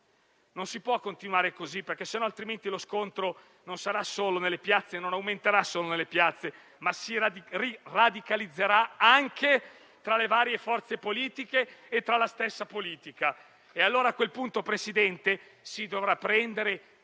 Non si può continuare così, perché altrimenti lo scontro non aumenterà solo nelle piazze, ma si radicalizzerà anche tra le varie forze politiche e nella stessa politica. A quel punto, Presidente, si dovrà prendere